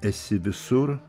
esi visur